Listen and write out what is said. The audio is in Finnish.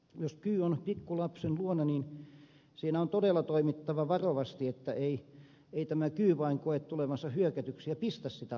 jos kyy on pikkulapsen luona niin siinä on todella toimittava varovasti että ei tämä kyy vain koe tulevansa hyökätyksi ja pistä sitä lasta